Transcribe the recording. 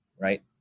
right